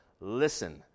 listen